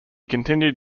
continued